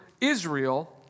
Israel